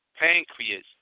pancreas